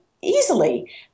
easily